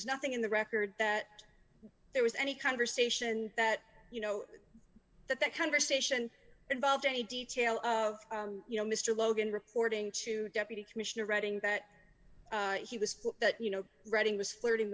was nothing in the record that there was any conversation that you know that that conversation involved any detail of you know mr logan reporting to deputy commissioner writing that he was you know reading was flirting